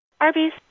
Arby's